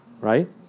right